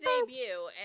debut